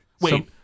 Wait